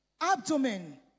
abdomen